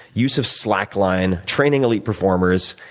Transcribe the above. use of slackline, training elite performers,